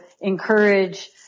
encourage